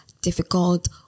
difficult